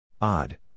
Odd